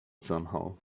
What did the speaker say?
somehow